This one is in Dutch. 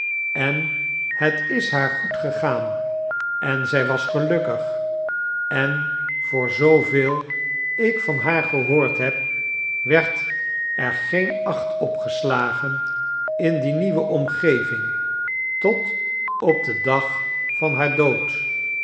en het is haar goed gegaan en zy was gelukkig en voor zooveel ik van haar gehoord heb werd er geen acht op geslagen in dienieuwe orageving tot op den dag van haar dood